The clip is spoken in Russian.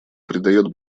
придает